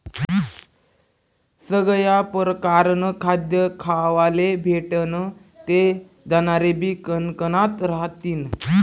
सगया परकारनं खाद्य खावाले भेटनं ते जनावरेबी कनकनात रहातीन